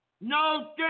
no